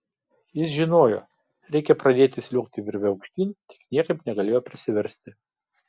jis žinojo reikia pradėti sliuogti virve aukštyn tik niekaip negalėjo prisiversti